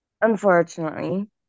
unfortunately